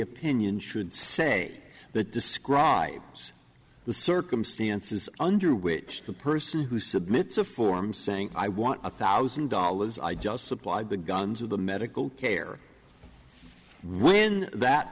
opinion should say that describes the circumstances under which the person who submits a form saying i want a thousand dollars i just supplied the guns of the medical care when that